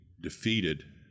defeated